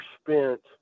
spent